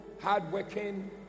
hard-working